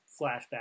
flashback